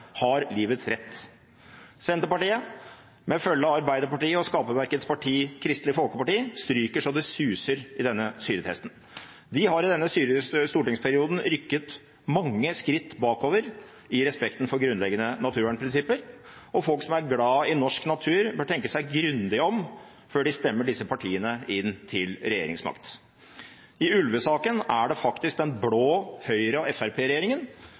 har livets rett. Senterpartiet, med følge av Arbeiderpartiet og skaperverkets parti, Kristelig Folkeparti, stryker så det suser i denne syretesten. De har i denne stortingsperioden rykket mange skritt bakover i respekten for grunnleggende naturvernprinsipper. Og folk som er glad i norsk natur, bør tenke seg grundig om før de stemmer disse partiene inn til regjeringsmakt. I ulvesaken er det faktisk den blå Høyre–Fremskrittsparti-regjeringen som viser et minimum av respekt for natur, prinsipper og